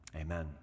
Amen